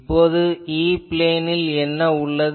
இப்போது E பிளேனில் என்ன உள்ளது